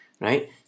right